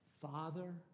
Father